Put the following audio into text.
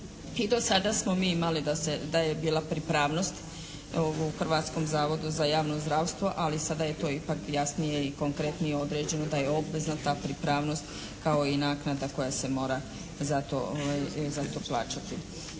i do sada smo mi imali da je bila pripravnost u Hrvatskom zavodu za javno zdravstvo, ali sada je to ipak jasnije i konkretnije određeno da je obvezatna pripravnost kao i naknada koja se mora za to plaćati.